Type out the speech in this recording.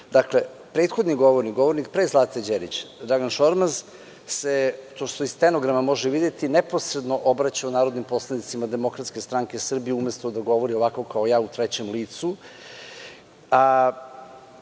govornik, govornik pre Zlate Đerić, Dragan Šormaz, to se iz stenograma može videti, neposredno se obraćao narodnim poslanicima Demokratske stranke Srbije, umesto da govori ovako kao ja, u trećem licu. Vi